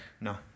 No